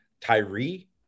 Tyree